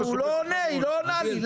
היא לא עונה לי.